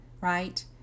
right